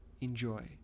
Enjoy